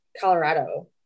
Colorado